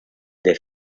dei